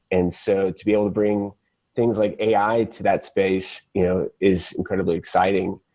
and so to be able to bring things like ai to that space you know is incredibly exciting.